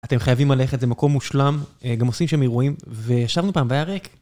אתם חייבים ללכת למקום מושלם, גם עושים שם אירועים, וישבנו פעם והיה ריק.